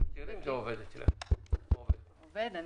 התשפ"א 2020 "הוספת פרק ד'1 1. בחוק